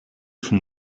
from